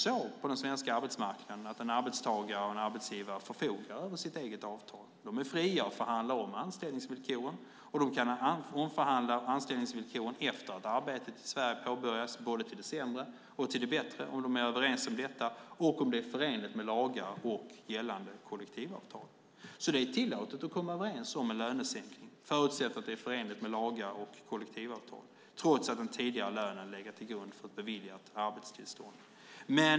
Men på den svenska arbetsmarknaden är det också så att en arbetstagare och en arbetsgivare förfogar över sitt eget avtal. De är fria att förhandla om anställningsvillkoren, och de kan omförhandla anställningsvillkoren efter det att arbetet i Sverige har påbörjats, både till det sämre och till det bättre, om de är överens om det och om det är förenligt med lagar och gällande kollektivavtal. Det är alltså tillåtet att komma överens om en lönesänkning, förutsatt att det är förenligt med lagar och kollektivavtal, trots att den tidigare lönen har legat till grund för beviljat arbetstillstånd.